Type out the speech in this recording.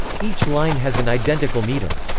each line has an identical meter.